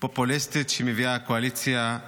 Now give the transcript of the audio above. פופוליסטית שמביאה הקואליציה,